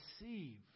receive